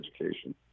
education